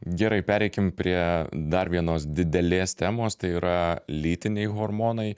gerai pereikim prie dar vienos didelės temos tai yra lytiniai hormonai